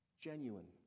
genuine